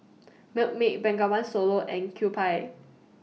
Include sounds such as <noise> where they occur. <noise> Milkmaid Bengawan Solo and Kewpie